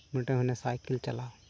ᱢᱤᱫᱴᱟᱱ ᱚᱱᱮ ᱥᱟᱭᱠᱮᱹᱞ ᱪᱟᱞᱟᱣ